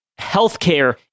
Healthcare